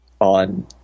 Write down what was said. on